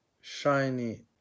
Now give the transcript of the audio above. shiny